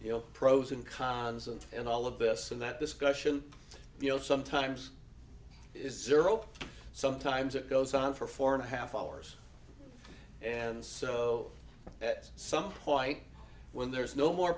know pros and cons and and all of this and that discussion you know sometimes it is zero sometimes it goes on for four and a half hours and so at some point when there is no more